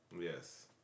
Yes